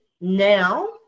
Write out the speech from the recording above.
now